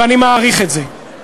ואני מעריך את זה,